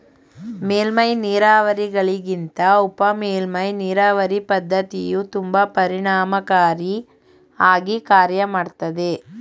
ಮೇಲ್ಮೈ ನೀರಾವರಿಗಳಿಗಿಂತ ಉಪಮೇಲ್ಮೈ ನೀರಾವರಿ ಪದ್ಧತಿಯು ತುಂಬಾ ಪರಿಣಾಮಕಾರಿ ಆಗಿ ಕಾರ್ಯ ಮಾಡ್ತದೆ